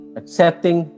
accepting